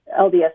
LDS